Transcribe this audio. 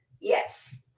Yes